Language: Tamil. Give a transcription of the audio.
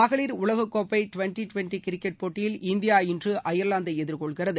மகளிர் உலக கோப்பை டிவென்டி டிவென்டி கிரிக்கெட் போட்டியில் இந்தியா இன்று அயர்லாந்தை எதிர்கொள்கிறது